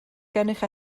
gennych